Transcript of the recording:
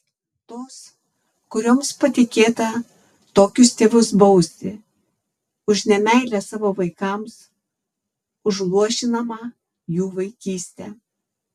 tos kurioms patikėta tokius tėvus bausti už nemeilę savo vaikams už luošinamą jų vaikystę